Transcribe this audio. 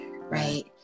right